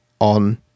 on